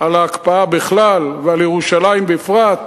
על ההקפאה בכלל ועל ירושלים בפרט,